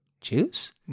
Juice